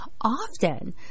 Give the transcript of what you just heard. often